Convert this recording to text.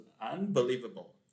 unbelievable